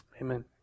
Amen